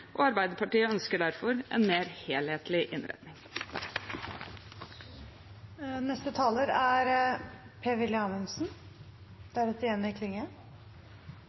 Arbeiderpartiet ønsker derfor en mer helhetlig innretning.